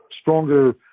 stronger